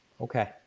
Okay